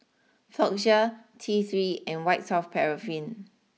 Floxia T three and White soft Paraffin